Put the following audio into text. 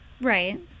Right